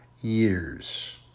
years